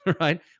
right